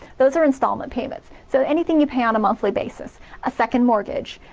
those are installment payments. so anything you pay on a monthly basis a second mortgage,